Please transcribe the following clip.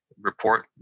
report